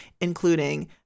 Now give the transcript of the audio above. including